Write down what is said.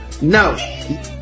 No